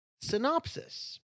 synopsis